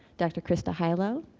dr. christa hojlo,